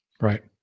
Right